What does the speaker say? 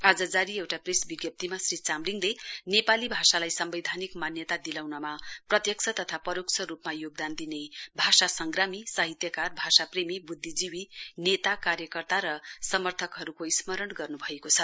आज जारी एउटा प्रेस बिज्ञप्तीमा श्री चामलिङले नेपाली भाषालाई सम्बैधानिक मान्यता दिलाउनमा प्रत्यक्ष तथा परोक्ष रूपमा योगदान दिने भाषा संग्रामी साहित्यकार भाषाप्रेमी बुध्दिजीवि नेता कार्यकर्ता र समर्थकहरूको स्मरण गर्न्भएको छ